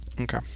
Okay